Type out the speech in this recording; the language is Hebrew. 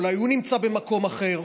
אולי הוא נמצא במקום אחר: